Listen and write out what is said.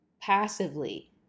passively